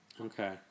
Okay